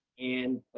and